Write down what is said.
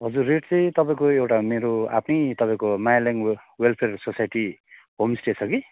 हजुर रेट चाहिँ तपाईँको एउटा मेरो आफ्नै तपाईँको मायालल्याङ वेलफेयर सोसाइटी होमस्टे छ कि